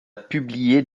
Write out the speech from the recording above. publier